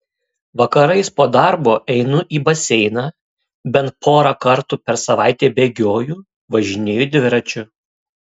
vakarais po darbo einu į baseiną bent porą kartų per savaitę bėgioju važinėju dviračiu